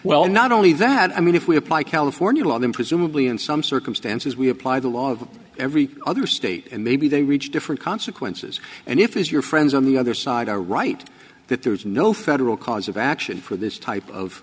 well not only that i mean if we apply california law then presumably in some circumstances we apply the laws of every other state and maybe they reach different consequences and if as your friends on the other side are right that there is no federal cause of action for this type of